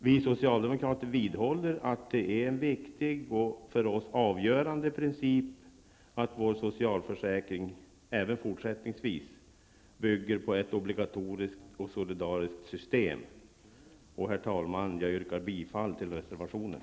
Vi socialdemokrater vidhåller att det är en viktig och för oss avgörande princip att vår socialförsäkring även fortsättningsvis bygger på ett obligatoriskt och solidariskt system. Herr talman! Jag yrkar bifall till reservationen.